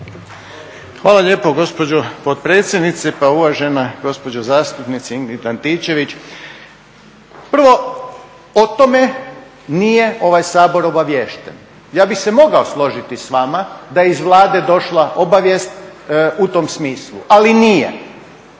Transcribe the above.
Hvala lijepo, gospođo potpredsjednice. Pa uvažena gospođo zastupnice, Ingrid Antičević, prvo, o tome nije ovaj Sabor obaviješten. Ja bih se mogao složiti s vama da je iz Vlade došla obavijest u tom smislu, ali nije,